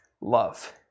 love